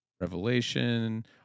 revelation